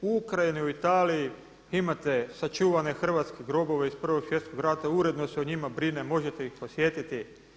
U Ukrajini, u Italiji imate sačuvane hrvatske grobove iz Prvog svjetskog rata, uredno se o njima brine, možete ih podsjetiti.